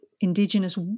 Indigenous